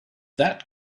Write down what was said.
that